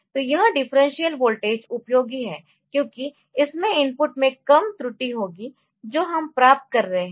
तो यह differential voltage उपयोगी है क्योंकि इसमें इनपुट में कम त्रुटि होगी जो हम प्राप्त कर रहे है